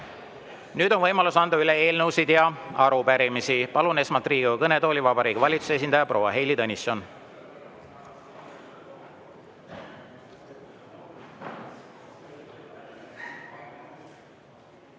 on võimalus anda üle eelnõusid ja arupärimisi. Palun esmalt Riigikogu kõnetooli Vabariigi Valitsuse esindaja proua Heili Tõnissoni.